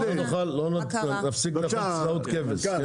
נפסיק לאכול צלעות כבש.